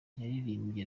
yaririmbye